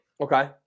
Okay